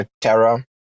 Terra